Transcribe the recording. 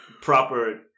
proper